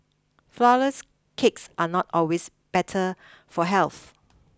flourless cakes are not always better for health